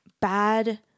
bad